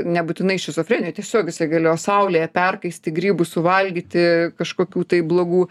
nebūtinai šizofrenija tiesiog jisai galėjo saulėje perkaisti grybų suvalgyti kažkokių tai blogų